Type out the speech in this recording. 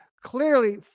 clearly